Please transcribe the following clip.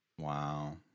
Wow